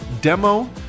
demo